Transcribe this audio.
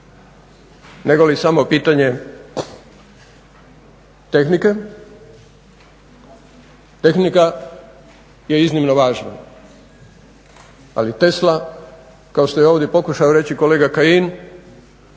negoli samo pitanje tehnike. Tehnika je iznimno važna, ali Tesla kao što je ovdje pokušao reći kolega Kajin